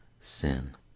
Sin